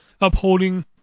upholding